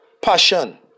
Passion